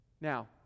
Now